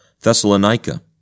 Thessalonica